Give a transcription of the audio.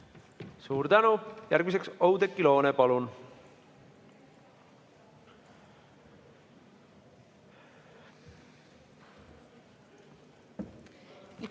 Suur tänu! Järgmiseks Oudekki Loone, palun!